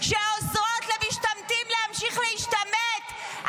שעוזרות למשתמטים להמשיך להשתמט?